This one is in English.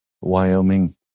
Wyoming